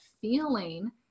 feeling